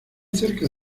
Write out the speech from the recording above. cerca